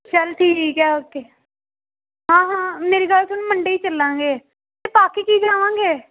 ਚਲ ਠੀਕ ਹੈ ਓਕੇ ਹਾਂ ਹਾਂ ਮੇਰੀ ਗੱਲ ਸੁਣ ਮੰਡੇ ਹੀ ਚੱਲਾਂਗੇ ਅਤੇ ਪਾ ਕੇ ਕੀ ਜਾਵਾਂਗੇ